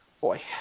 Boy